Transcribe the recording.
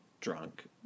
drunk